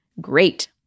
great